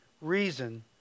reason